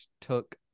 took